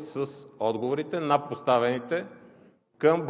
с отговорите на поставените към